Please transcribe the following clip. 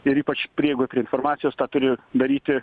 ir ypač prieigoj prie informacijos tą turi daryti